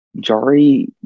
Jari